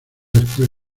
después